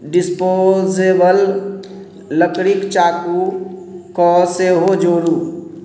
disposable लकड़ीके चाकूके सेहो जोड़ू